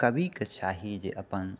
कविके चाही जे अपन